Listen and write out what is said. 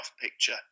picture